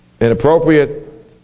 inappropriate